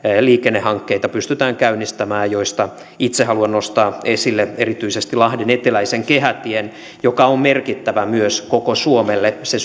liikennehankkeita pystytään käynnistämään joista itse haluan nostaa esille erityisesti lahden eteläisen kehätien joka on merkittävä myös koko suomelle se